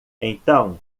então